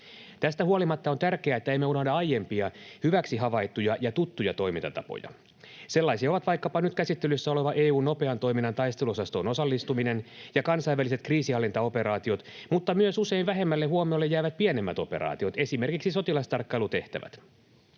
Tästä huolimatta on tärkeää, että emme unohda aiempia hyväksi havaittuja ja tuttuja toimintatapoja. Sellaisia ovat vaikkapa nyt käsittelyssä oleva EU:n nopean toiminnan taisteluosastoon osallistuminen ja kansainväliset kriisinhallintaoperaatiot mutta myös usein vähemmälle huomiolle jäävät pienemmät operaatiot, esimerkiksi sotilastarkkailutehtävät.